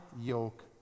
yoke